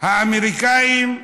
האמריקנים,